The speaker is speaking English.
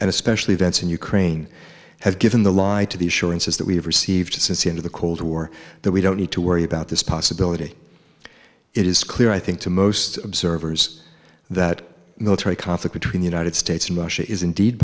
and especially vents in ukraine have given the light to the assurances that we have received since the end of the cold war that we don't need to worry about this possibility it is clear i think to most observers that military conflict between the united states and russia is indeed